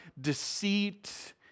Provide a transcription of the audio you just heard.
deceit